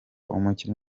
umukinnyi